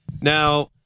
Now